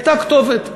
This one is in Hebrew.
הייתה כתובת.